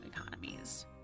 economies